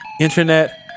Internet